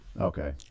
Okay